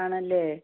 ആണല്ലേ